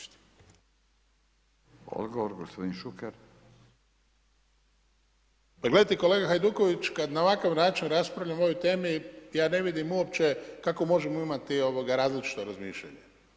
Pa gledajte kolega Hajduković, kada na ovakav način raspravljamo o ovoj temi, ja ne vidim uopće kako možemo imati različito razmišljanje.